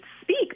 speak